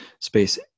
space